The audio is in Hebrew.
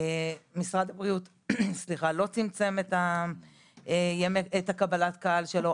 משרד הבריאות לא צמצם את קבלת הקהל שלו,